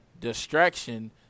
distraction